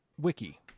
wiki